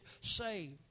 saved